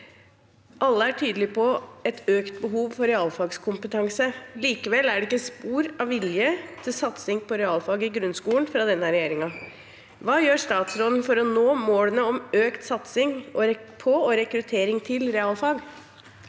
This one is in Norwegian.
Alle er tydelige på et økt behov for realfagskompetanse. Likevel er det ikke spor av vilje til satsing på realfag i grunnskolen fra denne regjeringen. Hva gjør statsråden for å nå målene om økt satsing på og rekruttering til realfag?»